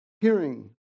hearing